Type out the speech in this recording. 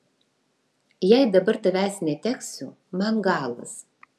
jei dabar tavęs neteksiu man galas